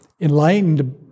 enlightened